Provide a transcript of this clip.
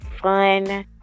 fun